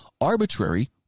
arbitrary